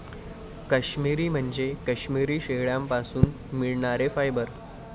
काश्मिरी म्हणजे काश्मिरी शेळ्यांपासून मिळणारे फायबर